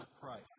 price